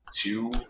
two